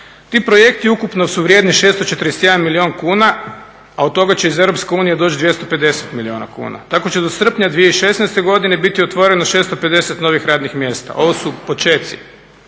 Ti projekti ukupno su vrijedni 641 milijun kuna, a od toga će iz EU doći 250 milijuna kuna. Tako će do srpnja 2016. godine biti otvoreno 650 novih radnih mjesta. Ovo su počeci,